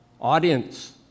audience